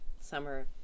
summer